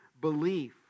belief